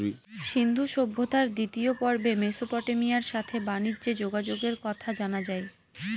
সিন্ধু সভ্যতার দ্বিতীয় পর্বে মেসোপটেমিয়ার সাথে বানিজ্যে যোগাযোগের কথা জানা যায়